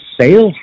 sales